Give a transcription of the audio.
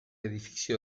edificio